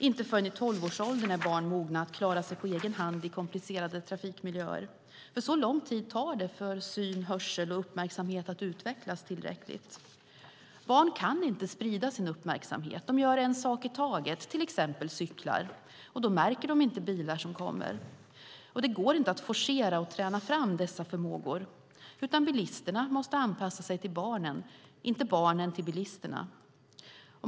Inte förrän i tolvårsåldern är barn mogna att klara sig på egen hand i komplicerade trafikmiljöer. Så lång tid tar det nämligen för syn, hörsel och uppmärksamhet att utvecklas tillräckligt. Barn kan inte sprida sin uppmärksamhet. De gör en sak i taget, till exempel cyklar, och då märker de inte bilar som kommer. Det går inte att forcera och träna fram dessa förmågor, utan bilisterna måste anpassa sig till barnen, inte barnen till bilisterna.